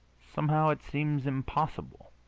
somehow it seems impossible.